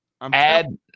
Add